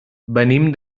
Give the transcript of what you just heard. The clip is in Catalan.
venim